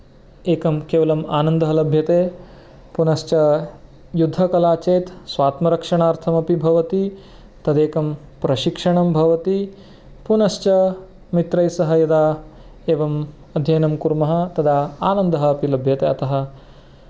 एकं केवलम् आनन्दः लभ्यते पुनश्च युद्धकाला चेत् स्वात्मरक्षणार्थमपि भवति तदेकं प्रशिक्षणं भवति पुनश्च मित्रैः सह यदा एवम् अध्ययनं कुर्मः तदा आनन्दः अपि लभ्यते अतः